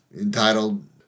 entitled